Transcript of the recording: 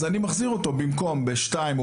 אז אני מחזיר אותו במקום בשעה שתיים,